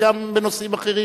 אלא גם בנושאים אחרים,